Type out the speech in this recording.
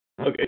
Okay